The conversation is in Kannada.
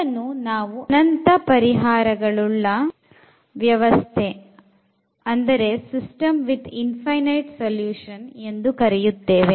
ಇದನ್ನು ನಾವು ಅನಂತ ಪರಿಹಾರಗಳುಳ್ಳ ವ್ಯವಸ್ಥೆ ಎಂದು ಕರೆಯುತ್ತೇವೆ